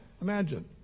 Imagine